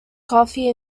coffee